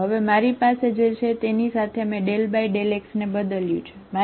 હવે મારી પાસે જે છે તેની સાથે મેં ∂x ને બદલ્યું છે બરાબર